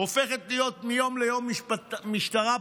הופכת להיות מיום ליום משטרה פוליטית.